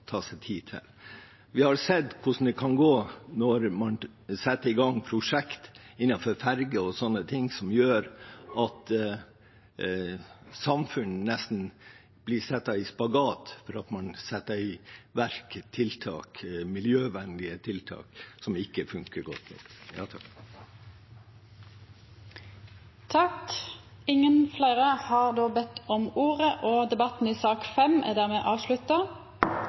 Vi har sett hvordan det kan gå når man setter i gang prosjekter for ferjer og slikt som gjør at samfunn nesten blir satt i en spagat fordi man setter i verk miljøvennlige tiltak som ikke funker godt. Fleire har ikkje bedt om ordet til sak nr. 5. Etter ønskje frå transport- og kommunikasjonskomiteen vil presidenten ordna debatten